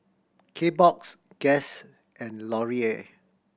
Kbox Guess and Laurier